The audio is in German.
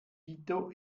quito